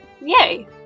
Yay